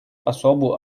особую